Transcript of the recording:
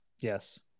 Yes